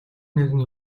нэгэн